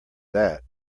that